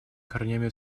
корнями